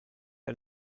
are